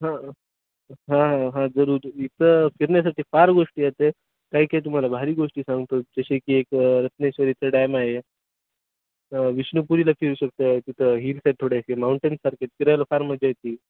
हां हां हां हां जरूर इथं फिरण्यासारखे फार गोष्टी येते काही काही तुम्हाला भारी गोष्टी सांगतो जसे की एक रत्नेश्वरीचं डॅम आहे विष्णूपुरीला फिरू शकता तिथं हिल्स आहेत थोडे असे माऊंटेनसारखे फिरायला फार मजा येते